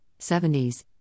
70s